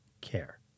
care